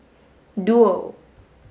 duo